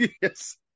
yes